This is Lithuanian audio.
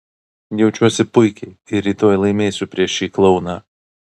jaučiuosi puikiai ir rytoj laimėsiu prieš šį klouną